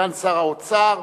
סגן שר האוצר,